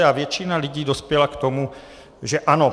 A většina lidí dospěla k tomu, že ano.